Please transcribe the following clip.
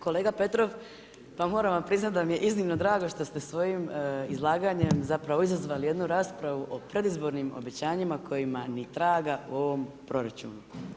Kolega Petrov, pa moram vam priznati da mi je iznimno drago što ste svojim izlaganjem zapravo izazvali jednu raspravu o predizbornim obećanjima kojima ni traga u ovom proračunu.